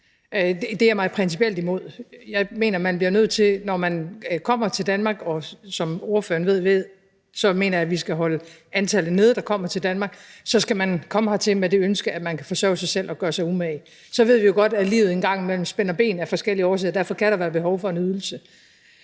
det er mig principielt imod. Jeg mener, at når man kommer til Danmark – som ordføreren ved, mener jeg, at vi skal holde det antal, der kommer til Danmark, nede – så skal man komme hertil med et ønske om at kunne forsørge sig selv og gøre sig umage. Så ved vi jo godt, at livet en gang imellem spænder ben af forskellige årsager, og derfor kan der være behov for en ydelse.